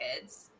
kids